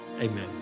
Amen